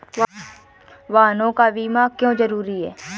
वाहनों का बीमा क्यो जरूरी है?